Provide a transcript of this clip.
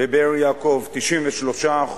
בבאר-יעקב, 93%,